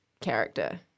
character